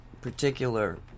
particular